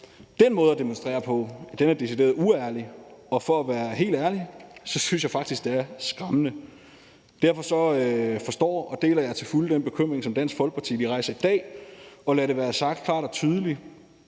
Den måde at demonstrere på er decideret uærlig, og for at være helt ærlig synes jeg faktisk, at det er skræmmende. Derfor forstår jeg og deler til fulde den bekymring, som Dansk Folkeparti rejser i dag. Og lad det være sagt klart og tydeligt: